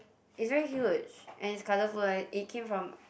is very huge and it's colourful lah it came from